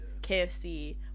KFC